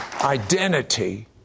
identity